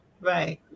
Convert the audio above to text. right